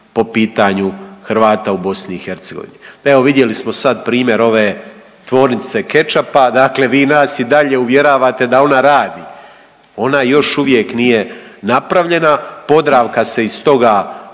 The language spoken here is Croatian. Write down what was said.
po pitanju Hrvata u BiH. Pa evo vidjeli samo sad primjer ove tvornice kečapa, dakle vi nas i dalje uvjeravate da ona radi. Ona još uvijek nije napravljena, Podravka se iz toga